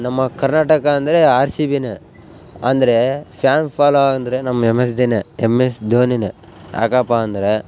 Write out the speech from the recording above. ನಮ್ಮ ಕರ್ನಾಟಕ ಅಂದರೆ R C ಬಿನೇ ಅಂದರೆ ಫ್ಯಾನ್ ಫಾಲೋ ಅಂದರೆ ನಮ್ಮ ಎಮ್ ಎಸ್ ದಿನೇ ಎಮ್ ಎಸ್ ಧೋನಿನೆ ಯಾಕಪ್ಪ ಅಂದರೆ